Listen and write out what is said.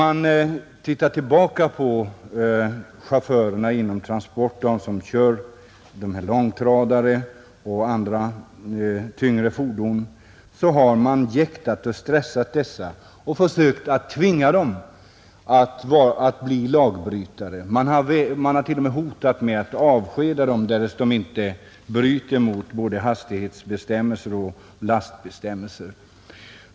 Man har jäktat och stressat de chaufförer som kör långtradare och andra tyngre fordon, man har försökt tvinga dem att bli lagbrytare — ja, man har t.o.m. hotat med att avskeda dem om de inte bryter mot säkerhetsbestämmelser och lastbestämmelser.